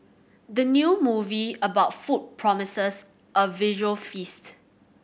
the new movie about food promises a visual feast